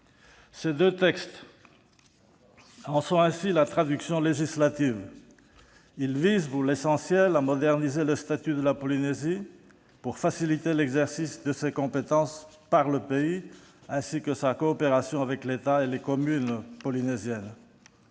Ces deux textes en sont la traduction législative. Ils visent, pour l'essentiel, à moderniser le statut de la Polynésie française pour faciliter l'exercice de ses compétences par le pays, ainsi que sa coopération avec l'État et les communes polynésiennes.